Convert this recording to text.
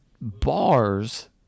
bars